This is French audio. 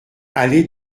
allée